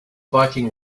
viking